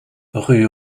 rue